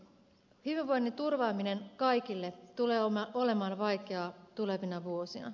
hyvinvoinnin turvaaminen kaikille tulee olemaan vaikeaa tulevina vuosina